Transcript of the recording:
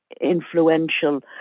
influential